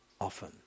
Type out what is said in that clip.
often